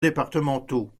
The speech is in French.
départementaux